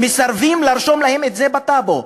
מסרבים לרשום להם את זה בטאבו.